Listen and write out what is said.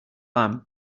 lamb